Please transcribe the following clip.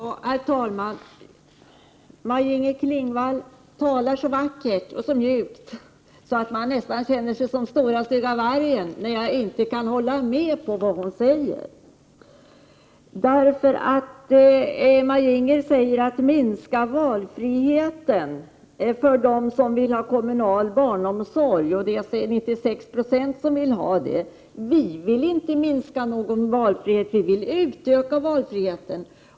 Herr talman! Maj-Inger Klingvall talar så vackert och så mjukt att jag nästan känner mig som stora stygga vargen när jag inte kan hålla med henne. Hon säger att det handlar om att minska valfriheten för dem som vill ha kommunal barnomsorg — det är 96 90 som vill ha det. Vi vill inte minska valfriheten, utan vi vill utöka valfriheten.